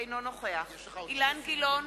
אינו נוכח אילן גילאון,